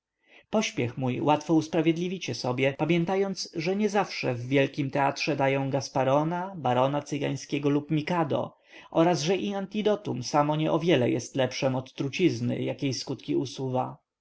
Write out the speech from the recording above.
pośpiech mój łatwo usprawiedliwicie sobie pamiętając że nie zawsze w wielkim teatrze dają gasparona barona cygańskiego lub mikado oraz że i antidotum samo nie o wiele jest lepszem od trucizny jakiej skutki usuwa